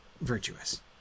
virtuous